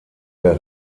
der